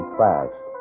fast